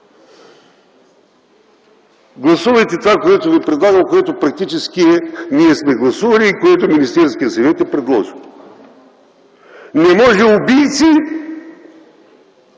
гласувайте това, което ви предлагам, което ние практически сме гласували, и което Министерският съвет е предложил. Не може убийци